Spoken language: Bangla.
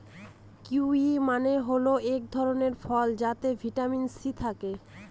কিউয়ি মানে হল এক ধরনের ফল যাতে ভিটামিন সি থাকে